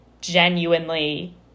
genuinely